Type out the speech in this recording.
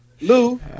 Lou